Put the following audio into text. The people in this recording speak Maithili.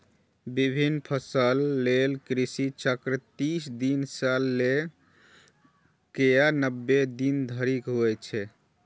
विभिन्न फसल लेल कृषि चक्र तीस दिन सं लए कए नब्बे दिन धरि होइ छै